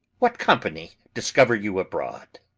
what company discover you abroad?